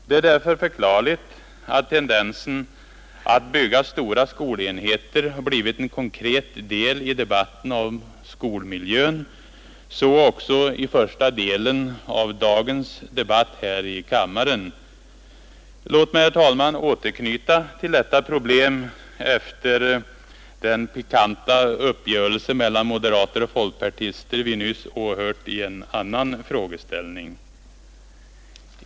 Det är därför förklarligt att tendensen att bygga stora skolenheter blivit en konkret del i debatten om skolmiljön. Så också i första delen av dagens debatt här i kammaren. Låt mig, herr talman, återknyta till detta problem efter den pikanta uppgörelse mellan moderater och folkpartister som vi nyss har åhört i en annan frågeställning.